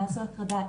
מה זו הטרדה,